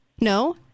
no